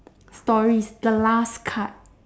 stories the last card